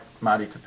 Marty